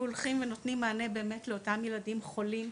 הולכים ונותנים מענה באמת לאותם ילדים חולים,